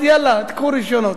אז יאללה תיקחו רשיונות,